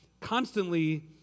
constantly